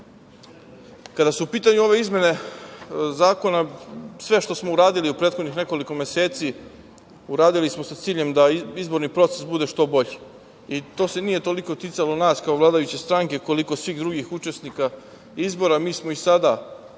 su u pitanju ove izmene zakona, sve što smo uradili u prethodnih nekoliko meseci, uradili smo sa ciljem da izborni proces bude što bolji. To se nije toliko ticalo nas kao vladajuće stranke, koliko svih drugih učesnika izbora. Mi smo i sada potpise